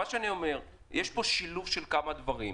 מה שאני אומר זה שיש פה שילוב של כמה דברים.